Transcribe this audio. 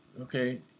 Okay